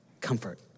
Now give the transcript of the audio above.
comfort